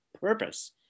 purpose